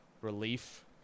relief